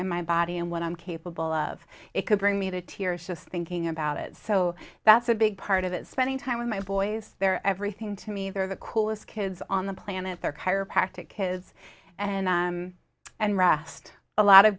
in my body and what i'm capable of it could bring me to tears just thinking about it so that's a big part of it spending time with my boys they're everything to me they're the coolest kids on the planet their chiropractic kids and and rest a lot of